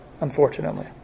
unfortunately